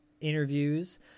interviews